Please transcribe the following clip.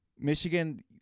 Michigan